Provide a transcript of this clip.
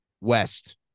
West